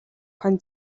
хонь